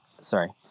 sorry